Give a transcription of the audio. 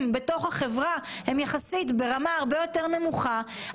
בתוך החברה היא יחסית ברמה הרבה יותר נמוכה,